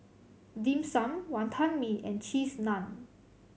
Dim Sum Wonton Mee and Cheese Naan